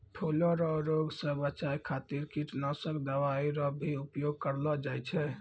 फूलो रो रोग से बचाय खातीर कीटनाशक दवाई रो भी उपयोग करलो जाय छै